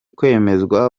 kwemezwa